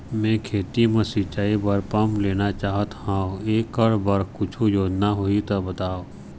मैं खेती म सिचाई बर पंप लेना चाहत हाव, एकर बर कुछू योजना होही त बताव?